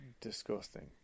disgusting